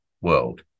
world